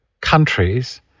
countries